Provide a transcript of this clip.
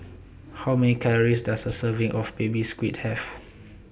How Many Calories Does A Serving of Baby Squid Have